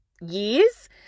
years